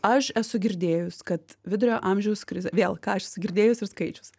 aš esu girdėjus kad vidurio amžiaus krizė vėl ką aš esu girdėjus ir skaičius